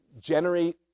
generate